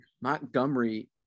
montgomery